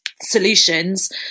solutions